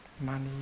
money